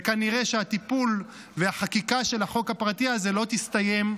וכנראה שהטיפול והחקיקה של החוק הפרטי הזה לא יסתיימו